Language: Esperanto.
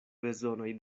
bezonoj